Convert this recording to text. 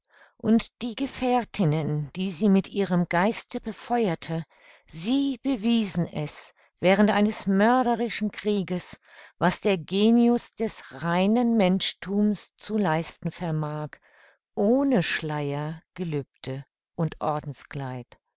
und die gefährtinnen die sie mit ihrem geiste befeuerte sie bewiesen es während eines mörderischen krieges was der genius des reinen menschthums zu leisten vermag ohne schleier gelübde und